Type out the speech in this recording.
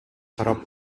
карап